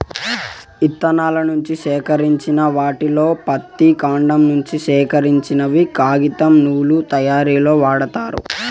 ఇత్తనాల నుంచి సేకరించిన వాటిలో పత్తి, కాండం నుంచి సేకరించినవి కాగితం, నూలు తయారీకు వాడతారు